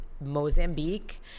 mozambique